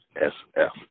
S-F